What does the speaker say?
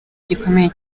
gikomeye